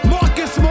Marcus